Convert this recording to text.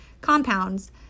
compounds